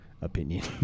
opinion